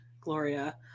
Gloria